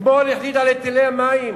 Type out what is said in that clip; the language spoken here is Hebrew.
אתמול החליט על היטלי המים,